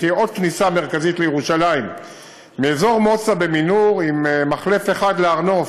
תהיה עוד כניסה מרכזית לירושלים מאזור מוצא במנהור עם מחלף אחד להר-נוף,